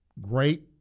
great